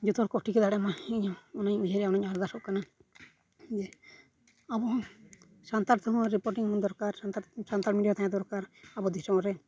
ᱡᱚᱛᱚ ᱦᱚᱲ ᱠᱚ ᱴᱷᱤᱠᱟᱹ ᱫᱟᱲᱮᱭᱟᱜᱢᱟ ᱤᱧᱦᱚᱸ ᱚᱱᱟᱧ ᱩᱭᱦᱟᱹᱨᱮᱜᱼᱟ ᱚᱱᱟᱧ ᱟᱨᱫᱟᱥᱚᱜ ᱠᱟᱱᱟ ᱡᱮ ᱟᱵᱚ ᱦᱚᱸ ᱥᱟᱱᱛᱟᱲ ᱛᱮᱦᱚᱸ ᱨᱤᱯᱳᱴᱤᱝ ᱫᱚᱨᱠᱟᱨ ᱥᱟᱱᱛᱟᱲ ᱢᱤᱰᱤᱭᱟ ᱛᱟᱦᱮᱸ ᱫᱚᱨᱠᱟᱨ ᱟᱵᱚ ᱫᱤᱥᱚᱢ ᱨᱮ